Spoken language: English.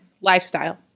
lifestyle